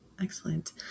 Excellent